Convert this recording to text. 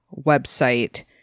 website